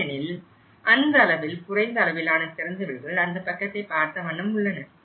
ஏனெனில் அந்த அளவில் குறைந்த அளவிலான திறந்தவெளிகள் அந்த பக்கத்தை பார்த்த வண்ணம் உள்ளன